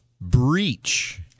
breach